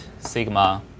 sigma